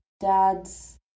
dads